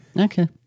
Okay